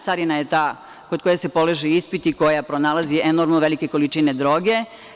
Carina je ta kod koje se polažu ispiti, koja pronalazi enormno velike količine droge.